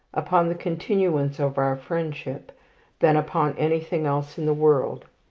upon the continuance of our friendship than upon anything else in the world,